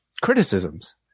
criticisms